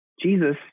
Jesus